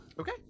Okay